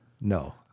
No